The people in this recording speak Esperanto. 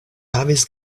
havis